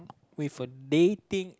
with a dating